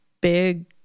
big